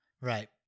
right